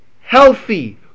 healthy